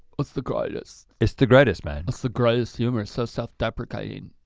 it's the greatest. it's the greatest, man. it's the greatest humor, it's so self-deprecating.